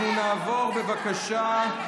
אנחנו נעבור, בבקשה,